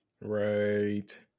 Right